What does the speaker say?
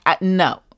No